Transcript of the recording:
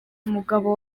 mugabo